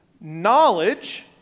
knowledge